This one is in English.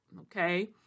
okay